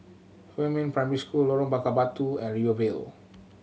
Huamin Primary School Lorong Bakar Batu and Rivervale